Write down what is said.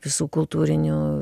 visų kultūrinių